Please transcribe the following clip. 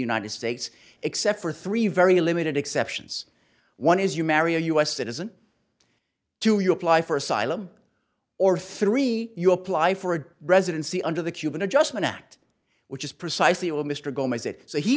united states except for three very limited exceptions one is you marry a u s citizen two you apply for asylum or three you apply for a residency under the cuban adjustment act which is precisely